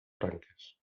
branques